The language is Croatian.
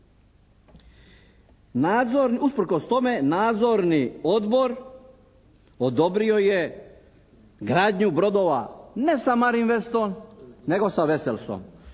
usprkos tome Nadzorni odbor odobrio je gradnju brodova ne sa "Marinvestom" nego sa "Veselsom".